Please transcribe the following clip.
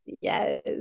Yes